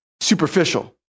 superficial